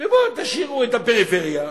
ובואו תשאירו את הפריפריה,